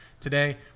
today